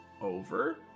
over